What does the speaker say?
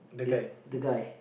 it the guy